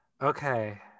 Okay